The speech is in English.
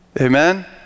Amen